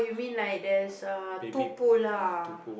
you mean like there's err two pool lah